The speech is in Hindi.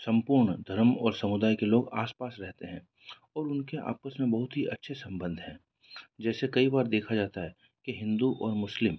सम्पूर्ण धर्म और समुदाय के लोग आसपास रहते हैं और उनके आपस में बहुत ही अच्छे सम्बंध है जैसे कई बार देखा जाता है कि हिंदू और मुस्लिम